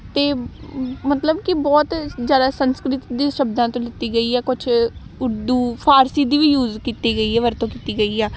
ਅਤੇ ਮਤਲਬ ਕਿ ਬਹੁਤ ਜ਼ਿਆਦਾ ਸੰਸਕ੍ਰਿਤ ਦੇ ਸ਼ਬਦਾਂ ਤੋਂ ਲਿੱਤੀ ਗਈ ਹੈ ਕੁਛ ਉਰਦੂ ਫਾਰਸੀ ਦੀ ਵੀ ਯੂਜ਼ ਕੀਤੀ ਗਈ ਹੈ ਵਰਤੋਂ ਕੀਤੀ ਗਈ ਆ